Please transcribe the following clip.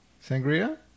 Sangria